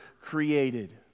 created